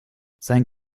sein